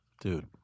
Dude